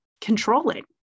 controlling